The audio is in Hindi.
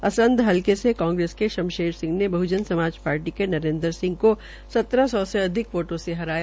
असंध हलके से कांगेस के शमशेर सिंह ने बहजन समाज पार्टीके नरेन्द्र सिंह संत्रह सौ से अधिक वोटों से हराया